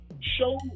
show